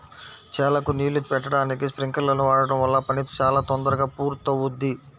చేలకు నీళ్ళు బెట్టడానికి స్పింకర్లను వాడడం వల్ల పని చాలా తొందరగా పూర్తవుద్ది